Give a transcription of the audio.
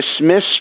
dismiss